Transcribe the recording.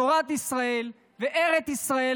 תורת ישראל וארץ ישראל,